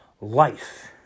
life